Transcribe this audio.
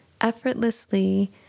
Effortlessly